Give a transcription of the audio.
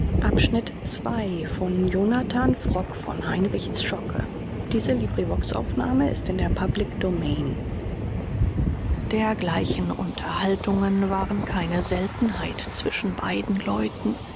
dergleichen unterhaltungen waren keine seltenheit zwischen beiden